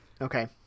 Okay